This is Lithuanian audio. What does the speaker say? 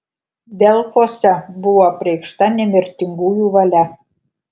delfuose buvo apreikšta nemirtingųjų valia